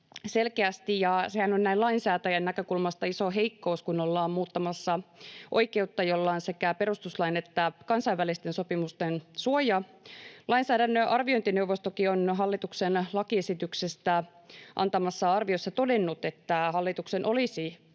selkeästi. Sehän on näin lainsäätäjän näkökulmasta iso heikkous, kun ollaan muuttamassa oikeutta, jolla on sekä perustuslain että kansainvälisten sopimusten suoja. Lainsäädännön arviointineuvostokin on hallituksen lakiesityksestä antamassaan arviossa todennut, että hallituksen olisi pitänyt